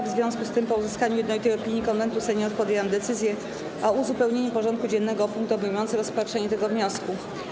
W związku z tym, po uzyskaniu jednolitej opinii Konwentu Seniorów, podjęłam decyzję o uzupełnieniu porządku dziennego o punkt obejmujący rozpatrzenie tego wniosku.